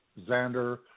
Xander